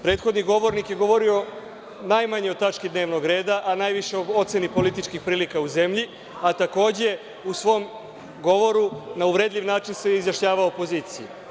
Prethodni govornik je govorio najmanje o tački dnevnog reda, a najviše o oceni političkih prilika u zemlji, a takođe u svom govoru na uvredljiv način se izjašnjavao opoziciji.